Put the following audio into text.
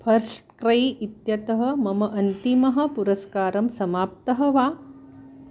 फस्ट्क्रै इत्यतः मम अन्तिमः पुरस्कारः समाप्तः वा